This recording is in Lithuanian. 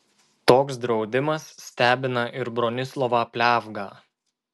toks draudimas stebina ir bronislovą pliavgą